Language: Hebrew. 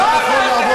אתה הוכחת,